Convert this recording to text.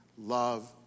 love